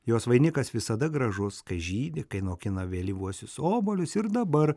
jos vainikas visada gražus kai žydi kai nokina vėlyvuosius obuolius ir dabar